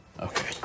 Okay